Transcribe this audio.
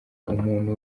umuntu